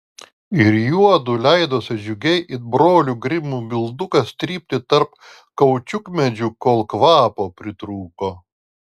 ir juodu leidosi džiugiai it brolių grimų bildukas trypti tarp kaučiukmedžių kol kvapo pritrūko